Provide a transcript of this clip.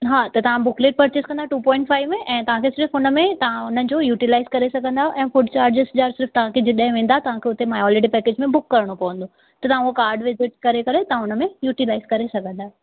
हा त तव्हां बुकलेट पर्चेज़ कंदा टू पॉइंट फाइव में ऐं तव्हां खे सिर्फ़ हुन में तव्हां हुन जो युटिलाईज़ करे सघंदा आयो फुड चार्जेस जा सिर्फ़ तव्हां खे जॾहिं वेंदा तव्हां खे हुते माए हॉलीडे पैकेज में बुक करिणो पवंदो त तव्हां उहो कार्डु विज़िट करे करे तव्हां हुन में यूटिलाइज़ करे सघंदा आयो